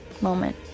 moment